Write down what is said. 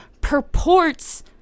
purports